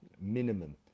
minimum